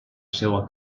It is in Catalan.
seua